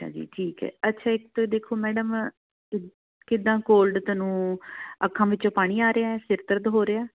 ਅੱਛਾ ਜੀ ਠੀਕ ਹੈ ਅੱਛਾ ਇੱਕ ਤਾਂ ਦੇਖੋ ਮੈਡਮ ਕ ਕਿੱਦਾਂ ਕੋਲਡ ਤੁਹਾਨੂੰ ਅੱਖਾਂ ਵਿੱਚੋਂ ਪਾਣੀ ਆ ਰਿਹਾ ਸਿਰ ਦਰਦ ਹੋ ਰਿਹਾ